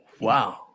Wow